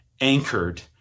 anchored